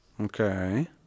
okay